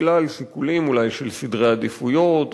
בגלל שיקולים אולי של סדרי עדיפויות,